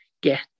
get